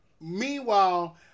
Meanwhile